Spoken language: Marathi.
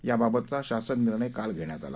याबाबतचा शासन निर्णय काल घेण्यात आला